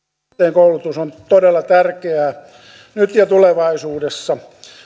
koulutus on todella tärkeää nyt ja tulevaisuudessa